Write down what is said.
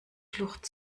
flucht